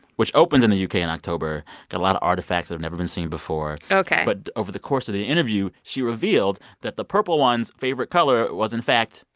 which opens in the u k. in october got a lot of artifacts that have never been seen before ok but over the course of the interview, she revealed that the purple one's favorite color was, in fact,